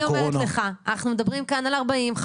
אני אומרת לך שאנחנו מדברים כאן על 40,000,